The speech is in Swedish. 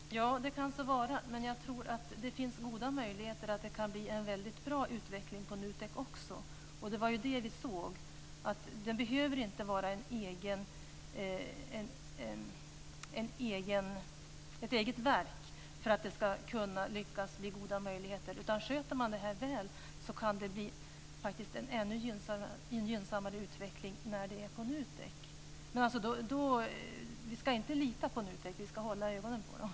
Fru talman! Det kan så vara, men jag tror att det finns goda möjligheter att det blir en väldigt bra utveckling på NUTEK också. Vi såg att detta inte behöver vara ett eget verk för att det ska lyckas bli goda möjligheter. Om man sköter det här väl kan det bli en ännu mer gynnsam utveckling när det är på NUTEK. Men vi ska inte lita på NUTEK, utan vi ska hålla ögonen på dem.